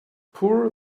pour